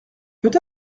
peut